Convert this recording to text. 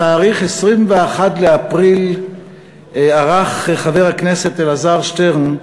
בתאריך 21 באפריל ערך חבר הכנסת אלעזר שטרן,